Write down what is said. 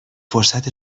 فرصت